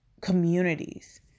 communities